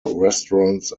restaurants